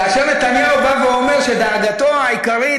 כאשר נתניהו אומר שדאגתו העיקרית,